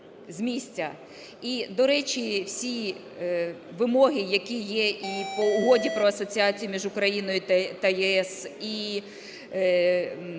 І до речі, всі вимоги, які є і по Угоді про асоціацію між Україною та ЄС, і